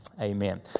Amen